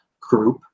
group